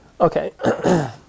Okay